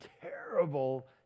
terrible